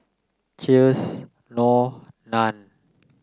Cheers Knorr Nan